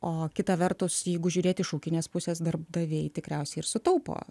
o kita vertus jeigu žiūrėt iš ūkinės pusės darbdaviai tikriausiai ir sutaupo